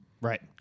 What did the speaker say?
Right